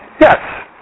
Yes